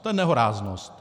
To je nehoráznost!